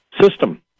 system